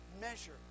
measure